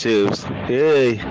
Hey